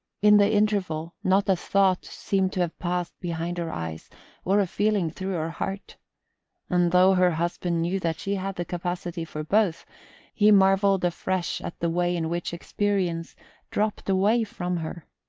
in the interval not a thought seemed to have passed behind her eyes or a feeling through her heart and though her husband knew that she had the capacity for both he marvelled afresh at the way in which experience dropped away from her.